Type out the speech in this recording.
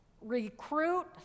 recruit